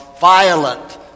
violent